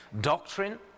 doctrine